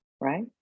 right